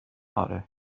آره